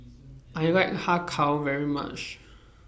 I like Har Kow very much